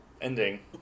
ending